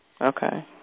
Okay